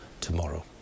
tomorrow